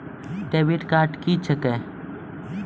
Debit card क्या हैं?